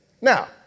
Now